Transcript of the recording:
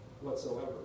whatsoever